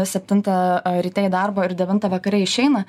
septintą ryte į darbą ir devintą vakare išeina